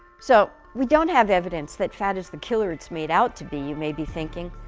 so we don't have evidence that fat is the killer it's made out to be, you may be thinking,